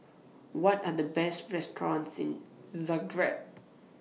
What Are The Best restaurants in Zagreb